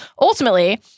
ultimately